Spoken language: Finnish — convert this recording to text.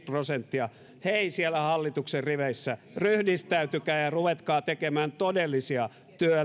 prosenttia hei siellä hallituksen riveissä ryhdistäytykää ja ruvetkaa tekemään todellisia